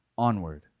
onward